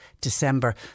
December